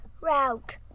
route